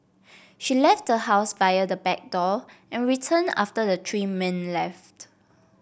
she left the house via the back door and returned after the three men left